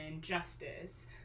justice